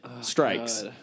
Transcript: strikes